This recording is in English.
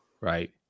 right